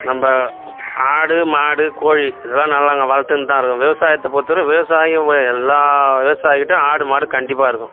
நம்ம ஆடு மாடு கோழி இதெலாம் நல்லா நாங்கள் வளதுன்னு தான் இருக்கோம் விவசாயத்தை பொறுத்த வரையும் விவசாயி உ எல்லாம் விவசாயிக்கிட்டையும் ஆடு மாடு கண்டிப்பாக இருக்கும்